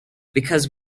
because